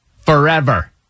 forever